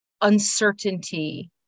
uncertainty